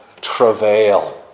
Travail